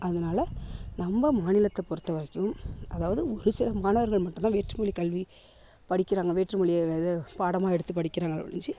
அதனால நம்ப மாநிலத்தை பொறுத்த வரைக்கும் அதாவது ஒரு சில மாணவர்கள் மட்டும் தான் வேற்று மொழி கல்வி படிக்கிறாங்க வேற்று மொழிய இதை பாடமாக எடுத்து படிக்கிறாங்களே ஒழிஞ்சு